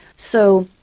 so,